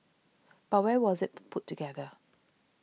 but where was it put put together